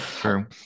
true